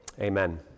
Amen